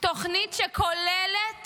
תוכנית שכוללת